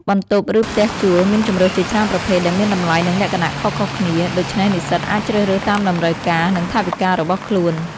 បន្ទប់ ឬផ្ទះជួលមានជម្រើសជាច្រើនប្រភេទដែលមានតម្លៃ និងលក្ខណៈខុសៗគ្នា ដូច្នេះនិស្សិតអាចជ្រើសរើសតាមតម្រូវការ និងថវិការបស់ខ្លួន។